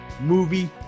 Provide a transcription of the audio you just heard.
movie